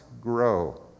grow